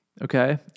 Okay